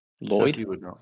Lloyd